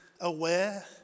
aware